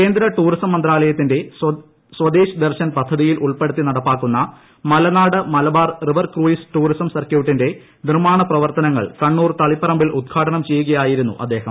കേന്ദ്ര ടൂറിസം മന്ത്രാലയത്തിന്റെ സ്വദേശ് ദർശൻ പദ്ധതിയിൽ ഉൾപ്പെടുത്തി നടപ്പാക്കുന്ന Malanad Malabar river cruise tourism സർക്യൂട്ടിന്റെ നിർമ്മാണ പ്രവർത്തനങ്ങൾ കണ്ണൂർ തളിപറമ്പിൽ ഉദ്ഘാടനം ചെയ്യുകയായിരുന്നു അദ്ദേഹം